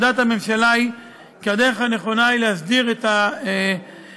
עמדת הממשלה היא כי הדרך הנכונה להסדיר את כל